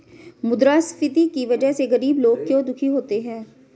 मुद्रास्फीति की वजह से गरीब लोग क्यों दुखी होते हैं?